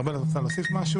ארבל, את רוצה להוסיף משהו?